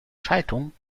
schaltung